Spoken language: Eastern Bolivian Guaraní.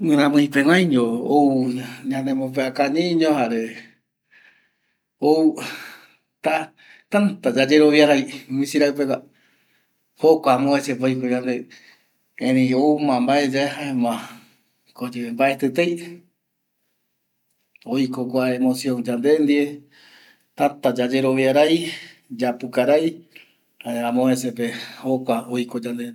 Guïramɨipeguaiño ou ñanemopiakañiino jare ou ta täta yayeroviarai misirai pegua jokua amovecepe oiko yande erei ouma mbae yae jaema ko yepe mbaetitei oiko kua emocion yande ndie täta yayerovia rai, yapukarai jare amovecepe jokua oiko yande ndie